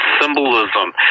symbolism